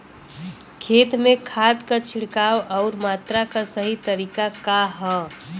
खेत में खाद क छिड़काव अउर मात्रा क सही तरीका का ह?